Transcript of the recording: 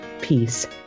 peace